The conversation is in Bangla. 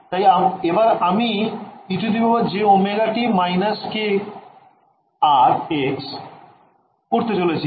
তাই এবার আমি ejωt−kr x করতে চলেছি